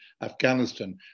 Afghanistan